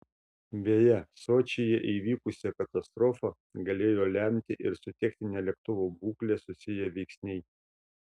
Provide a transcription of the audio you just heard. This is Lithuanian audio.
beje sočyje įvykusią katastrofą galėjo lemti ir su technine lėktuvo būkle susiję veiksniai